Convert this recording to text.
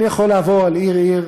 אני יכול לעבור עיר-עיר,